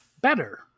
better